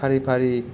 फारि फारि